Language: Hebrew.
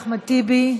חבר הכנסת אחמד טיבי,